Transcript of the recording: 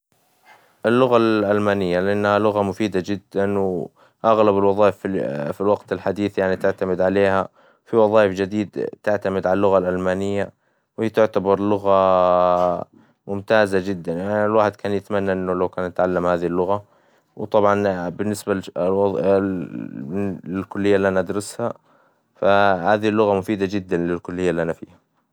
اللغة الألمانية لأنها لغة مفيدة جدا و أغلب الوظائف في الوقت الحديث يعني تعتمد عليها، في وظائف جديد تعتمد على اللغة الألمانية، وهي تعتبر لغة ممتازة جدا يعني الواحد كان يتمنى إنه لو كان نتعلم هذي اللغة، وطبعاً بالنسبة ل الكلية إللي أنا أدرسها هذي اللغة مفيدة جدا للكلية إللي أنا فيها.